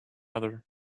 other